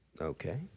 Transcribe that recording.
Okay